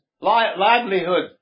livelihood